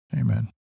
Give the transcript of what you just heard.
Amen